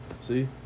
See